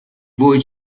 voi